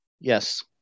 yes